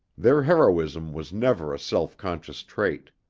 their heroism was never a self-conscious trait.